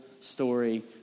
Story